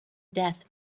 death